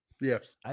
Yes